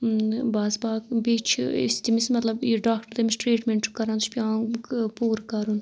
بَس باق بیٚیہِ چھِ أسۍ تٔمِس مطلب یہِ ڈاکٹر تٔمِس ٹرٛیٖٹمؠنٛٹ چھُ کَران سُہ چھُ پیٚوان پوٗرٕ کَرُن